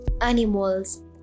animals